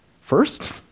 first